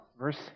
verse